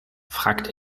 fragt